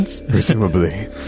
Presumably